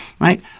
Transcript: right